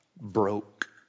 broke